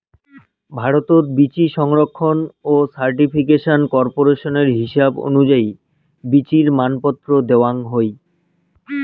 ভারতত বীচি সংরক্ষণ ও সার্টিফিকেশন কর্পোরেশনের হিসাব অনুযায়ী বীচির মানপত্র দ্যাওয়াং হই